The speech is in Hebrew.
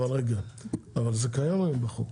אבל זה קיים היום בחוק.